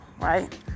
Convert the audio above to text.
right